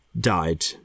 died